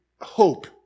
hope